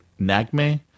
Nagme